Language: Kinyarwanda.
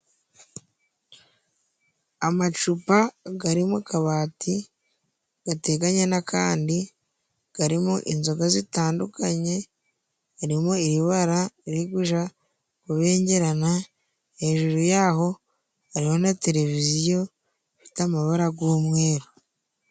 Amacupa gari mu kabati gateganye n'akandi garimo inzoga zitandukanye harimo ir'ibara riri kuja kubengerana hejuru y'aho harihona televiziyo ifite amabara y'umweruru.